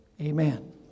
Amen